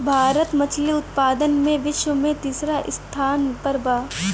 भारत मछली उतपादन में विश्व में तिसरा स्थान पर बा